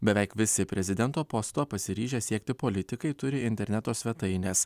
beveik visi prezidento posto pasiryžę siekti politikai turi interneto svetaines